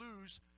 lose